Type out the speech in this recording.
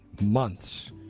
months